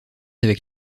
avec